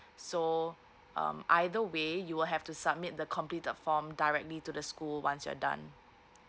so um either way you will have to submit the completed form directly to the school once you're done